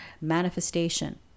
Manifestation